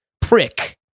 Prick